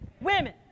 Women